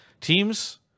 Teams